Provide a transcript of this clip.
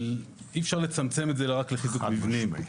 אי אפשר לצמצם את זה רק לחיזוק מבנים.